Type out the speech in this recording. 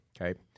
Okay